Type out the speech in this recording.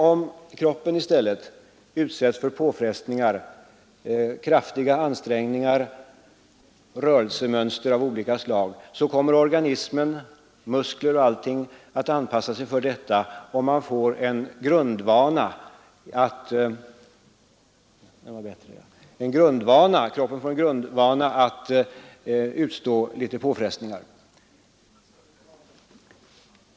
Om kroppen i stället utsätts för påfrestningar, kraftiga ansträngningar, rörelsemönster av olika slag, då kommer muskler na och hela organismen att anpassa sig efter detta och kroppen får en grundvana att utstå påfrestningar.